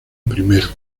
primero